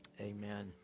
Amen